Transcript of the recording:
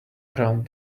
around